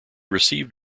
received